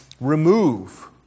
remove